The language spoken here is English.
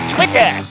Twitter